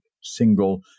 single